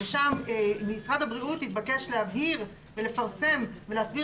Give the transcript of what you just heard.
ושם משרד הבריאות התבקש להבהיר ולפרסם ולהסביר